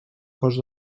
cos